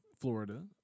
Florida